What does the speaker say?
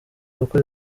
gukora